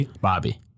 Bobby